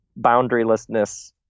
boundarylessness